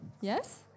Yes